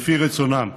לפי רצונם,